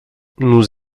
nous